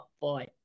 boy